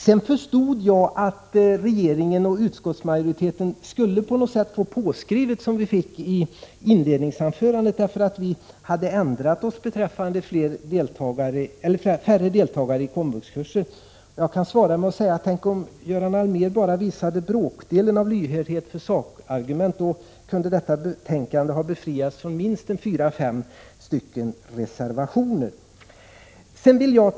Jag förstod att regeringen och utskottsmajoriteten skulle få påskrivet att vi hade ändrat oss beträffande antalet deltagare i komvuxkurser. Det fick vi också i inledningsanförandet. Jag kan svara med att säga: Tänk om Göran Allmér bara visat bråkdelen av denna lyhördhet för sakargument. Då kunde detta betänkande ha befriats från minst fyra fem reservationer.